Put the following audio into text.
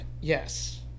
yes